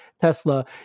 Tesla